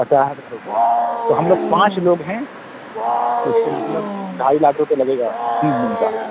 پچاس ہزار روپیہ تو ہم لوگ پانچ لوگ ہیں تو اس کے مطلب ڈھائی لاکھ روپئے لگے گا تین دن کا